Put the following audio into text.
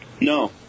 No